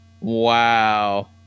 Wow